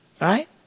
Right